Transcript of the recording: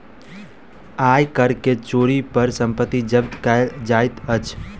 आय कर के चोरी पर संपत्ति जब्त कएल जाइत अछि